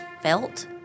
felt